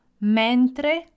mentre